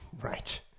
Right